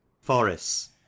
forests